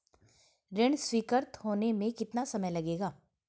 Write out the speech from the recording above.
ऋण स्वीकृत होने में कितना समय लगेगा?